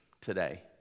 today